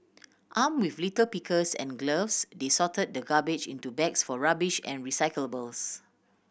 arm with litter pickers and gloves they sorted the garbage into bags for rubbish and recyclables